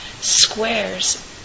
squares